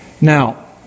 Now